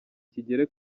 kigere